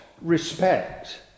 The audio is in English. respect